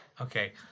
Okay